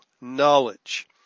knowledge